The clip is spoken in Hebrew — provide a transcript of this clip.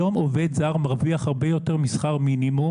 היום עובד זר מרוויח הרבה יותר משכר מינימום,